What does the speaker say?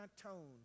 tone